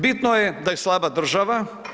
Bitno je da je slaba država.